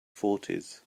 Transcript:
fourties